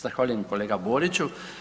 Zahvaljujem kolega Boriću.